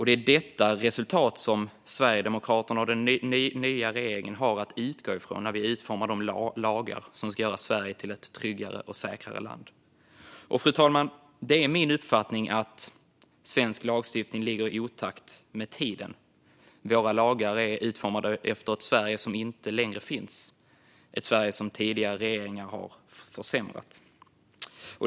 Det är detta resultat som Sverigedemokraterna och den nya regeringen har att utgå ifrån när vi utformar de lagar som ska göra Sverige till ett tryggare och säkrare land. Fru talman! Det är min uppfattning att svensk lagstiftning ligger i otakt med tiden. Våra lagar är utformade efter ett Sverige som inte längre finns, ett Sverige som tidigare regeringar har försämrat.